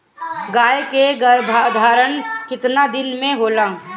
गाय के गरभाधान केतना दिन के होला?